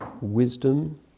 wisdom